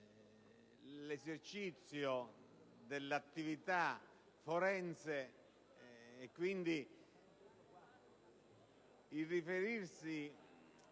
l'esercizio dell'attività forense e, quindi, il riferimento